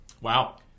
Wow